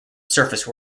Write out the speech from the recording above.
surface